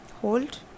hold